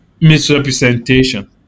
misrepresentation